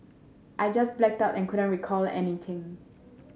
i just blacked out and couldn't recall anything